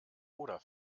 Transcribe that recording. oder